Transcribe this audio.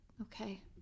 Okay